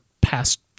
past